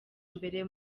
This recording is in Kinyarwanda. mbere